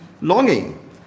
longing